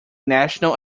national